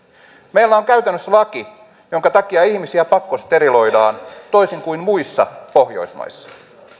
meillä on käytännössä laki jonka takia ihmisiä pakkosteriloidaan toisin kuin muissa pohjoismaissa